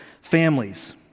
families